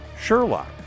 Sherlock